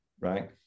right